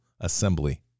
assembly